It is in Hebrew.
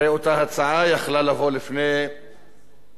הרי אותה הצעה יכולה היתה לבוא לפני חודשיים,